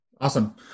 Awesome